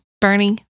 Bernie